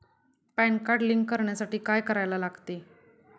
Pan card link करण्यासाठी काय करायला लागते?